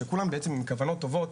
שכולם בעצם עם כוונות טובות,